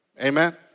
Amen